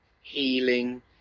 healing